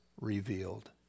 revealed